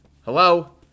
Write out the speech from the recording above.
hello